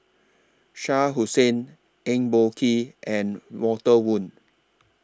Shah Hussain Eng Boh Kee and Walter Woon